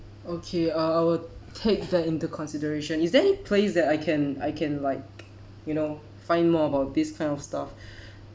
okay uh I will take that into consideration is there any place that I can I can like you know find more about this kind of stuff